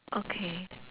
okay